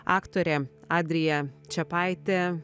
aktorė adrija čepaitė